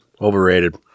Overrated